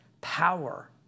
power